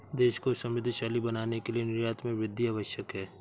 देश को समृद्धशाली बनाने के लिए निर्यात में वृद्धि आवश्यक है